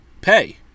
pay